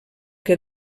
que